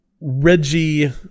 Reggie